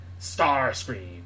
Starscream